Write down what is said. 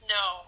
no